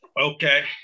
Okay